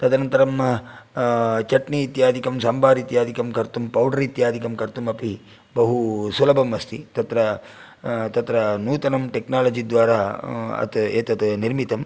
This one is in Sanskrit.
तदनन्तरं चट्नि इत्यादिकं साम्बार् इत्यादिकं कर्तुं पौडर् इत्यादिकं कर्तुमपि बहु सुलभम् अस्ति तत्र तत्र नूतनं टेक्नालजि द्वारा एतत् निर्मितं